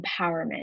empowerment